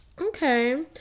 Okay